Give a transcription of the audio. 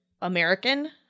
American